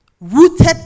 rooted